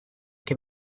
che